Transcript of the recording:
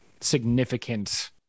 significant